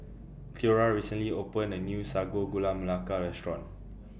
Cleora recently opened A New Sago Gula Melaka Restaurant